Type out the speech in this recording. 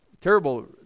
terrible